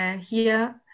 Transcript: hier